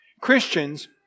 Christians